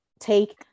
take